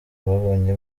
babonye